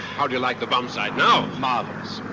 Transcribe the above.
how do you like the bomb sight now? marvelous.